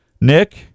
Nick